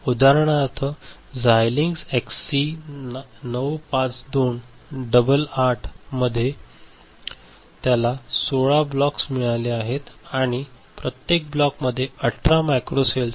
उदाहरणांसाठी Xilinx XC 952 double 8 मध्ये त्याला 16 ब्लॉक्स मिळाले आहेत आणि प्रत्येक ब्लॉकमध्ये 18 मॅक्रो सेल्स आहेत